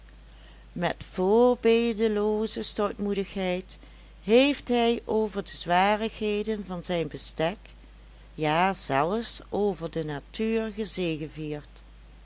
met voorbeeldelooze stoutmoedigheid heeft hij over de zwarigheden van zijn bestek ja zelfs over de natuur gezegevierd